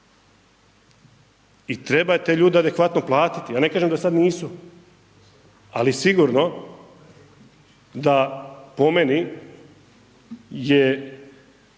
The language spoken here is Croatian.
I treba te ljude adekvatno platiti, ja ne kažem da sada nisu, ali sigurno da po meni je